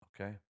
Okay